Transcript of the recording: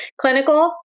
Clinical